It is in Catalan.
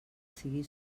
sigui